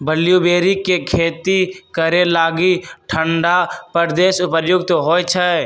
blueberry के खेती करे लागी ठण्डा प्रदेश उपयुक्त होइ छै